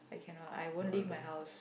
I cannot I won't leave my house